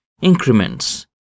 increments